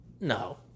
No